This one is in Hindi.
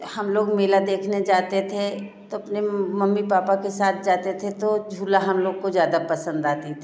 हम लोग मेला देखने जाते थे तो अपने मम्मी पापा के साथ जाते थे तो झूला हम लोग को ज़्यादा पसंद आती थी